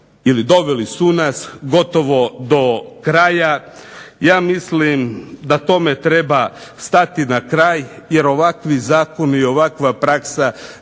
ili doveli su nas gotovo do kraja. Ja mislim da tome treba stati na kraj jer ovakvi zakoni i ovakva praksa